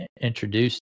introduced